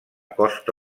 costa